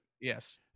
Yes